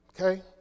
Okay